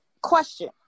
Question